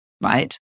right